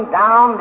down